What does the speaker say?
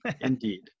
indeed